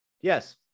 Yes